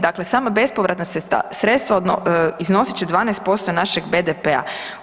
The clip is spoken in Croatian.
Dakle sama bespovratna sredstva iznosit će 12% našeg BDP-a.